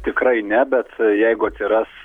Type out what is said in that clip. tikrai ne bet jeigu atsiras